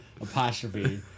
apostrophe